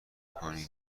کنیم